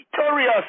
victorious